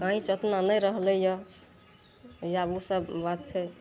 पैंच अपना नहि रहलै यऽ आब ओ सब बात छै